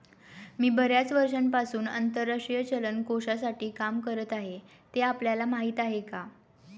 मी बर्याच वर्षांपासून आंतरराष्ट्रीय चलन कोशासाठी काम करत आहे, ते आपल्याला माहीत आहे का?